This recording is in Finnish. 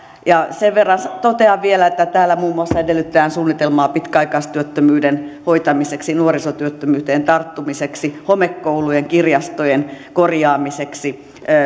sen verran totean vielä että täällä muun muassa edellytetään suunnitelmaa pitkäaikaistyöttömyyden hoitamiseksi nuorisotyöttömyyteen tarttumiseksi homekoulujen ja kirjastojen korjaamiseksi